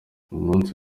umunsi